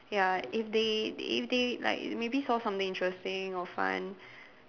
ya if they if they like maybe saw something interesting or fun